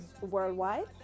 worldwide